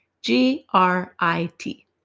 G-R-I-T